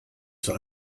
zur